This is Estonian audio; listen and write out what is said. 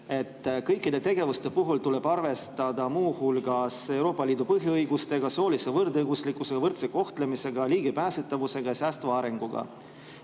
kõikide tegevuste puhul tuleb arvestada muu hulgas Euroopa Liidu põhiõigustega, soolise võrdõiguslikkuse ja võrdse kohtlemisega, ligipääsetavusega ja säästva arenguga.